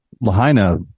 lahaina